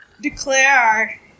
declare